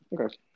Okay